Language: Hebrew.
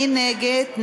מי נגד?